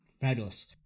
Fabulous